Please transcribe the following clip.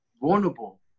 vulnerable